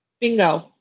bingo